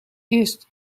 eerst